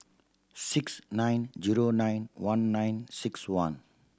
six nine zero nine one nine six one